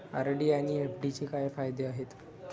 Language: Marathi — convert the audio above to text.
आर.डी आणि एफ.डीचे काय फायदे आहेत?